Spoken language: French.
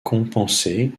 compenser